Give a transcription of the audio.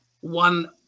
One